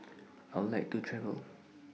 I Would like to travel